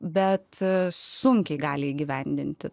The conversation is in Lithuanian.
bet sunkiai gali įgyvendinti